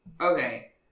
Okay